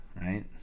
Right